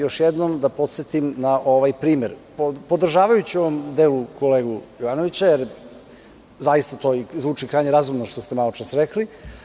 Još jednom da podsetim na ovaj primer, podržavajući u ovom delu kolegu Jovanovića, jer zaista to i zvuči krajnje razumno, što ste maločas rekli.